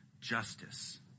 justice